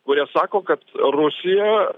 kurie sako kad rusija